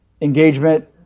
engagement